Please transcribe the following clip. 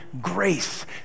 grace